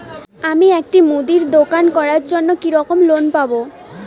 আমি একটি মুদির দোকান করার জন্য কি রকম লোন পাব?